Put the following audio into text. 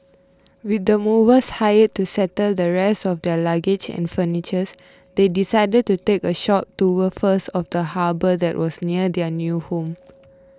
with the movers hired to settle the rest of their luggage and furniture's they decided to take a short tour first of the harbour that was near their new home